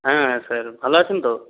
হ্যাঁ স্যার ভালো আছেন তো